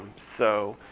so